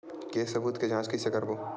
के सबूत के जांच कइसे करबो?